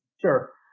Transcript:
Sure